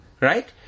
right